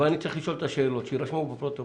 אבל אני צריך לשאול את השאלות שיירשמו בפרוטוקול.